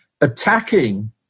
attacking